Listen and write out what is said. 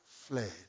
fled